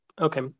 okay